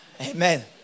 amen